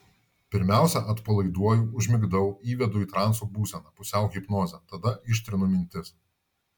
pirmiausia atpalaiduoju užmigdau įvedu į transo būseną pusiau hipnozę tada ištrinu mintis